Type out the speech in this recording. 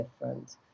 different